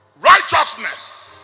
righteousness